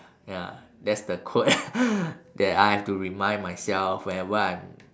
ya that's the quote that I have to remind myself whenever I'm